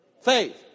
faith